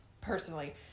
personally